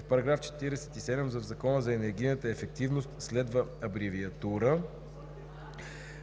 § 47: „§ 47. В Закона за енергийната ефективност (обн., ДВ, бр. …)